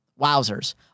Wowzers